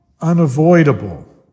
unavoidable